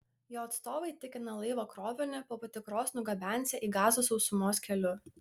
jo atstovai tikina laivo krovinį po patikros nugabensią į gazą sausumos keliu